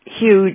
huge